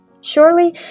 Surely